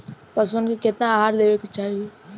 पशुअन के केतना आहार देवे के चाही?